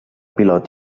pilot